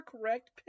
correct